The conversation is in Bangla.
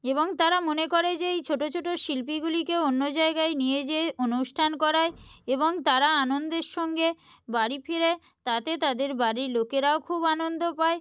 এবং তারা মনে করে যে এই ছোটো ছোটো শিল্পীগুলিকে অন্য জায়গায় নিয়ে যেয়ে অনুষ্ঠান করায় এবং তারা আনন্দের সঙ্গে বাড়ি ফিরে তাতে তাদের বাড়ির লোকেরাও খুব আনন্দ পায়